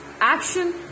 action